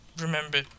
remember